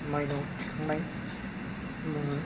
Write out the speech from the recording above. माइनाव थिखांनाय बुङो